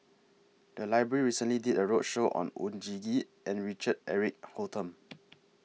The Library recently did A roadshow on Oon Jin Gee and Richard Eric Holttum